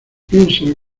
piensa